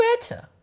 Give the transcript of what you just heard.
better